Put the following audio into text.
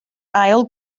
ail